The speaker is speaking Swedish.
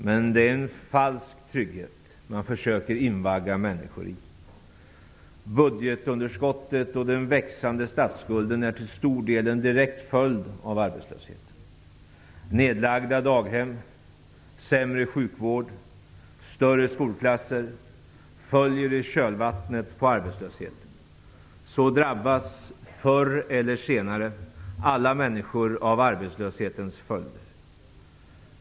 Men det är en falsk trygghet som man försöker invagga människorna i. Budgetunderskottet och den växande statsskulden är till stor del en direkt följd av arbetslösheten. Nedlagda daghem, sämre sjukvård och större skolklasser följer i kölvattnet på arbetslösheten. Så drabbas, förr eller senare, alla människor av arbetslöshetens följder.